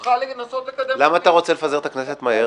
זכותך לנסות לקדם חוקים -- למה אתה רוצה לפזר את הכנסת מהר?